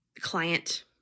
client